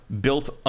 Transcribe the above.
built